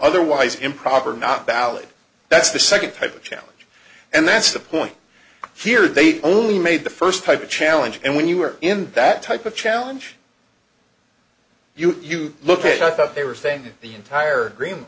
otherwise improper not valid that's the second type of challenge and that's the point here they only made the first type of challenge and when you were in that type of challenge you you look at i thought they were thinking the entire dre